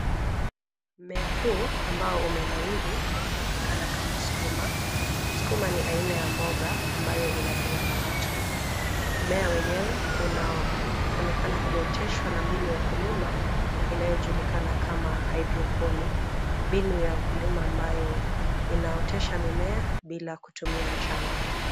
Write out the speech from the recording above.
Mmea huu ambao umenawiri unajulikana kama sukuma. Sukuma ni aina ya mboga ambayo inaliwa na watu. Mmea wenyewe unaonekana kuoteshwa na mbinu ya ukulima inayojulikana kama haidroponiki. Mbinu ya ukulima ambayo inaotesha mimea bila kutumia mchanga.